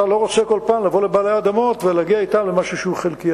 אתה לא רוצה כל פעם לבוא לבעלי האדמות ולהגיע אתם למשהו שהוא חלקי.